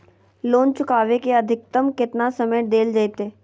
Loan चुकाबे के अधिकतम केतना समय डेल जयते?